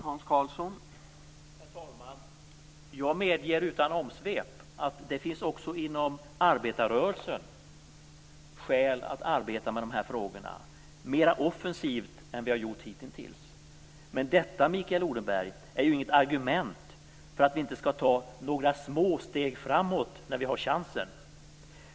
Herr talman! Jag medger utan omsvep att det också inom arbetarrörelsen finns skäl att arbeta med dessa frågor mera offensivt än vi har gjort hittills. Men detta, Mikael Odenberg, är inget argument för att vi inte skall ta några små steg framåt när vi har chansen.